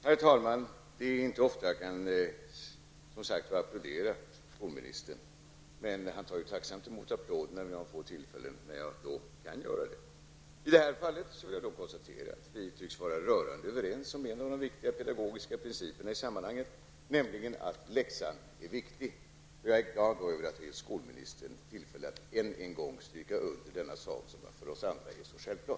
Herr talman! Det är inte ofta jag kan applådera skolministern, och han tar ju tacksamt emot applåderna vid de få tillfällen när jag kan göra det. Vi tycks vara rörande överens om en av de viktiga pedagogiska principerna i det här sammanhanget, nämligen att läxan är viktig. Jag är glad över att jag än en gång gett skolministern tillfälle att stryka under den saken som för oss andra är så självklar.